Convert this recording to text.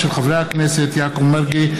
הכנסת יעקב מרגי,